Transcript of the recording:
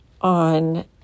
on